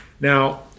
Now